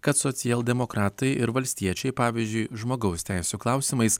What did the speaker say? kad socialdemokratai ir valstiečiai pavyzdžiui žmogaus teisių klausimais